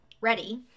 ready